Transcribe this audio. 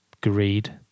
greed